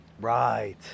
Right